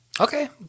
Okay